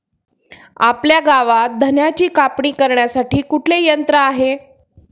आपल्या गावात धन्याची कापणी करण्यासाठी कुठले यंत्र आहे?